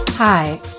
Hi